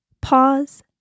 Pause